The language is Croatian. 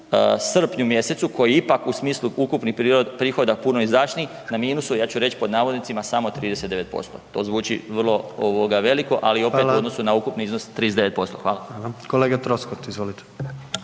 srpnju mjesecu koji je ipak u smislu ukupnih prihoda puno izdašniji na minusu ja ću reći pod navodnicima samo 39%. To zvuči vrlo ovoga veliko ali opet u odnosu na ukupni iznos …/Upadica: Hvala./… 39%. Hvala.